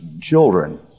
children